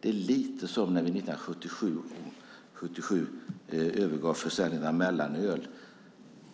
Det är lite som 1977 då vi övergav försäljningen av mellanöl.